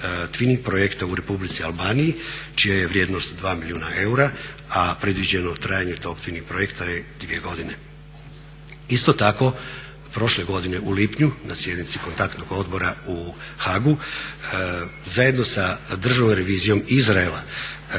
twinning projekta u Republici Albaniji čija je vrijednost 2 milijuna eura, a predviđeno trajanje tog twinning projekta je 2 godine. Isto tako prošle godine u lipnju na sjednici Kontaktnog odbora u Haagu zajedno sa Državnom revizijom Izraela,